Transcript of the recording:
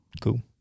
Cool